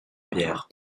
bière